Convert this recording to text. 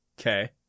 Okay